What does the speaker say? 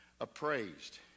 appraised